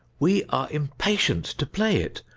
we are impatient to play it.